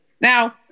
Now